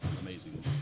amazing